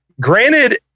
granted